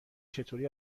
چطوری